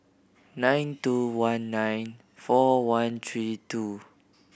nine two one nine four one three two